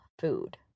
food